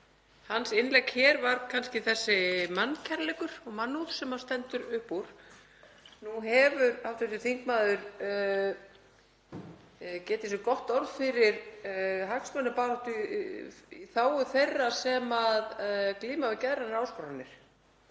hans innlegg hér var kannski þessi mannkærleikur og mannúð sem stendur upp úr. Nú hefur hv. þingmaður getið sér gott orð fyrir hagsmunabaráttu í þágu þeirra sem glíma við geðrænar áskoranir